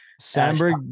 Sandberg